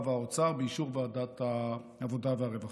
והאוצר באישור ועדת העבודה והרווחה.